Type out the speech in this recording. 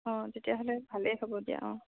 অ' তেতিয়াহ'লে ভালেই হ'ব দিয়া অ'